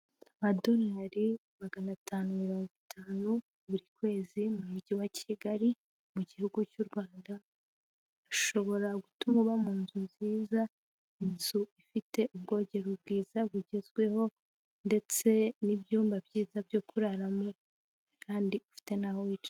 Amadorari magana atanu mirongo itanu buri kwezi mu mujyi wa Kigali mu gihugu cy'u Rwanda, ushobora gutuma uba mu nzu nziza, inzu ifite ubwogero bwiza bugezweho ndetse n'ibyumba byiza byo kuraramo kandi ufite naho wicara.